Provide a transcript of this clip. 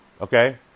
okay